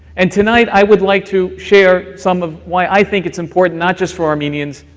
and tonight i would like to share some of why i think it's important, not just for armenians,